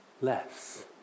less